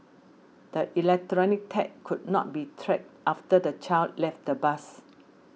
the electronic tag could not be tracked after the child left the bus